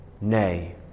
nay